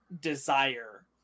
desire